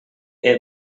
per